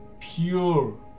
pure